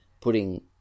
putting